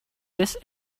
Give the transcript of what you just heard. this